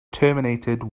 terminated